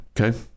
Okay